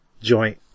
joint